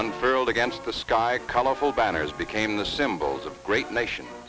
unfurled against the sky colorful banners became the symbols of great nation